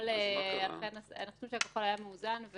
אנחנו חושבים שהנוסח הכחול היה מאוזן,